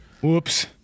Whoops